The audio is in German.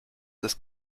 das